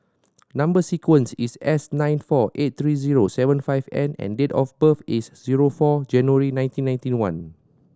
number sequence is S nine four eight three zero seven five N and date of birth is zero four January nineteen ninety one